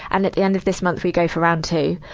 and at the end of this month, we go for round two.